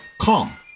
come